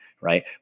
right